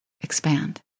expand